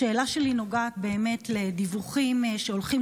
השאלה שלי נוגעת באמת לדיווחים שהולכים